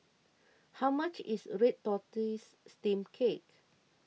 how much is Red Tortoise Steamed Cake